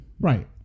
Right